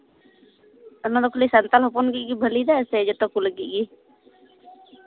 ᱚᱱᱟ ᱫᱚ ᱠᱷᱟᱹᱞᱤ ᱥᱟᱱᱛᱟᱞ ᱦᱚᱯᱚᱱ ᱞᱟᱹᱜᱤᱜ ᱜᱮ ᱵᱷᱟᱹᱞᱤᱭᱫᱟ ᱥᱮ ᱡᱚᱛᱚᱠᱚ ᱞᱟᱹᱜᱤᱫ ᱜᱮ